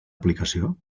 aplicació